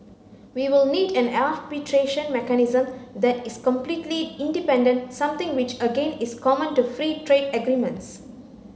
we will need an arbitration mechanism that is completely independent something which again is common to free trade agreements